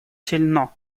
сильно